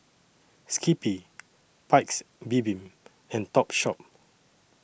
Skippy Paik's Bibim and Topshop